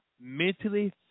mentally